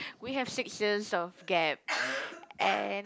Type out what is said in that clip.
we have six years of gap and